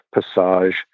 passage